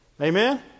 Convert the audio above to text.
Amen